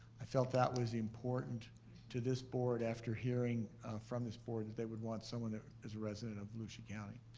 i felt that was important to this board after hearing from this board that they would want someone as a resident of volusia county.